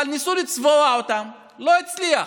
אבל ניסו לצבוע אותם, לא הצליח,